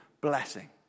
blessing